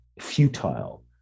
futile